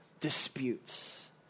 disputes